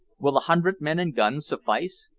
will a hundred men and guns suffice?